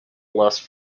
lust